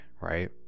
right